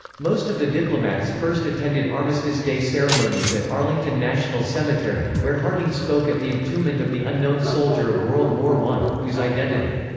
most of the diplomats first attended armistice day ceremonies at arlington national cemetery, where harding spoke at the entombment of the unknown soldier of world war i, whose identity,